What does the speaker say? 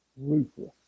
Ruthless